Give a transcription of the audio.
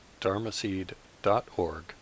dharmaseed.org